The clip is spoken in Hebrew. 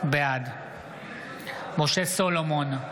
בעד משה סולומון,